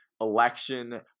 election